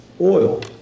oil